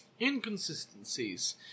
inconsistencies